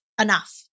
enough